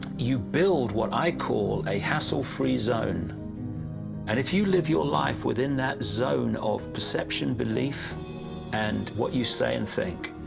you build what i call a a hustle-free zone and if you live your life within that zone of perception belief and what you say and think,